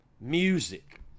music